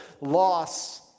loss